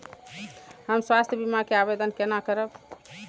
हम स्वास्थ्य बीमा के आवेदन केना करब?